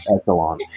echelon